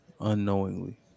unknowingly